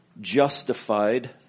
justified